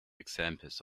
examples